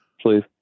Please